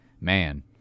man